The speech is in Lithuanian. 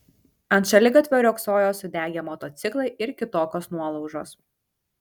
ant šaligatvio riogsojo sudegę motociklai ir kitokios nuolaužos